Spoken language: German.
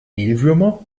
mehlwürmer